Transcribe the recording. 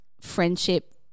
friendship